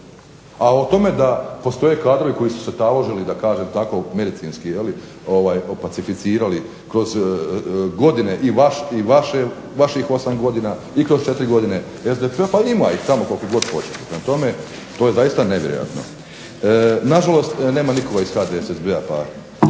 A o tome da postoje kadrovi koji su se taložili da kažem tako medicinski, opacificirali kroz godine i vaših 8 godina i kroz 4 godine SDP, pa ima ih tamo koliko god hoćete. Prema tome, to je zaista nevjerojatno. Nažalost, nema nikoga iz HDSSB-a pa